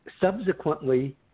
subsequently